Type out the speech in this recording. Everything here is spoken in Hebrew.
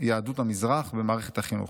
יהדות המזרח במערכת החינוך.